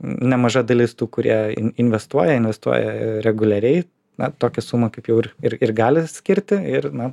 nemaža dalis tų kurie investuoja investuoja reguliariai na tokią sumą kaip jau ir ir ir gali skirti ir na